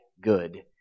good